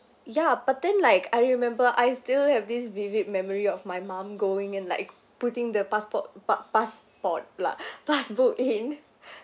ya but then like I remember I still have this vivid memory of my mum go in and like putting the passport pa~ passport lah pass book in